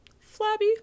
flabby